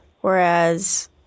whereas